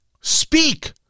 Speak